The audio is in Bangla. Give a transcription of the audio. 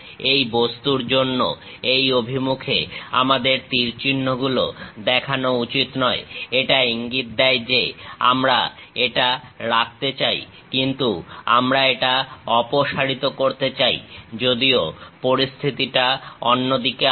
এই বস্তুর জন্য এই অভিমুখে আমাদের তীর চিহ্নগুলো দেখানো উচিত নয় এটা ইঙ্গিত দেয় যে আমরা এটা রাখতে চাই কিন্তু আমরা এটা অপসারিত করতে চাই যদিও পরিস্থিতিটা অন্যদিকে আছে